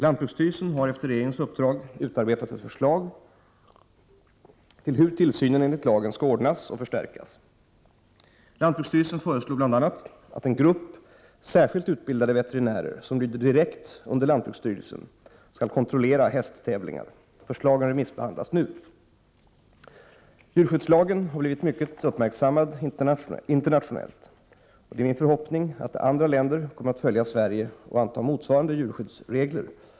Lantbruksstyrelsen har efter regeringens uppdrag utarbetat ett förslag till hur tillsynen enligt lagen skall ordnas och förstärkas. Lantbruksstyrelsen föreslår bl.a. att en grupp särskilt utbildade veterinärer, som lyder direkt under lantbruksstyrelsen, skall kontrollera hästtävlingar. Förslagen remissbehandlas nu. Djurskyddslagen har blivit mycket uppmärksammad internationellt. Det är min förhoppning att andra länder kommer att följa Sverige och anta motsvarande djurskyddsregler.